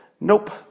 Nope